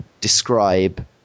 describe